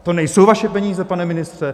To nejsou vaše peníze, pane ministře!